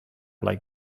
like